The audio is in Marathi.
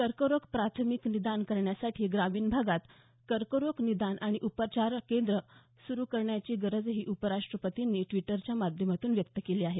कर्करोगाचं प्राथमिक निदान करण्यासाठी ग्रामीण भागात कर्करोग निदान आणि उपचार केंद्र सुरु करण्याची गरजही उपराष्ट्रपतींनी ट्विटरच्या माध्यमातून व्यक्त केली आहे